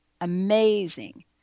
amazing